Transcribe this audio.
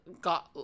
got